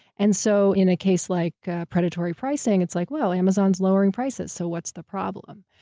and so in a case like predatory pricing, it's like, well, amazon's lowering prices, so what's the problem?